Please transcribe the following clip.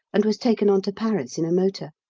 and was taken on to paris in a motor.